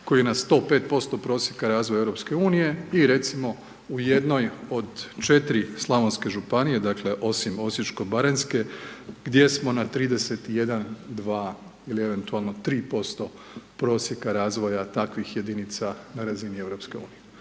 koji je na 105% prosjeka razvoja EU i recimo u jednoj od 4 slavonske županije, dakle, osim Osječko baranjske, gdje smo na 31, 2 ili eventualno 3% prosjeka razvoja takvih jedinica na razini EU.